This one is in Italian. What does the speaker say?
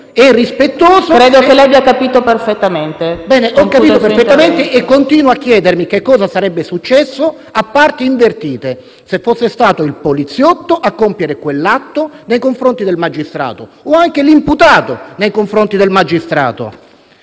il suo intervento. FAZZOLARI *(FdI)*. Ho capito perfettamente e continuo a chiedermi che cosa sarebbe successo a parti invertite, se fosse stato il poliziotto a compiere quell'atto nei confronti del magistrato o anche l'imputato nei confronti del magistrato.